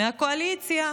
מהקואליציה,